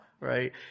Right